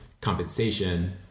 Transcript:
compensation